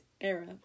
era